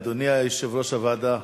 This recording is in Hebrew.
אדוני יושב-ראש הוועדה,